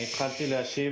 התחלתי להשיב